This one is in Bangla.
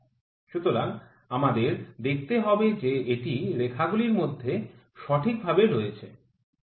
সুতরাং আমাদের দেখতে হবে যে এটি রেখাগুলির মধ্যে সঠিকভাবে রয়েছে